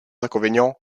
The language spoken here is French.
inconvénients